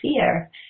fear